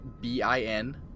B-I-N